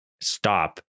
stop